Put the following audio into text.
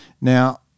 Now